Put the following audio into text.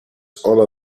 ona